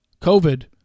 COVID